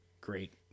great